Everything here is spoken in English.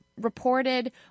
reported